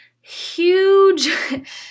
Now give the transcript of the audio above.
huge